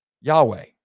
Yahweh